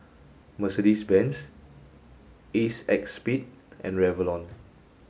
Mercedes Benz ACEXSPADE and Revlon